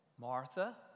Martha